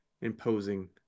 imposing